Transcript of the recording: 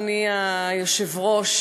אדוני היושב-ראש,